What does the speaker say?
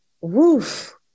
woof